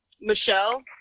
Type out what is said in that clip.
Michelle